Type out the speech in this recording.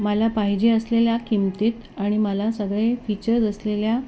मला पाहिजे असलेल्या किंमतीत आणि मला सगळे फीचर्स असलेल्या